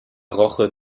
roche